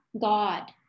God